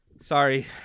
Sorry